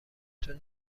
تون